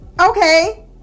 Okay